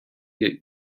get